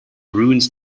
ruins